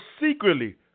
Secretly